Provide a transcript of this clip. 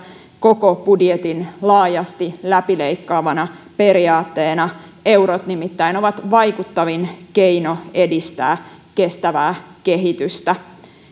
koko budjetin laajasti läpileikkaavana periaatteena eurot nimittäin ovat vaikuttavin keino edistää kestävää kehitystä